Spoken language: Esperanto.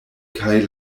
kaj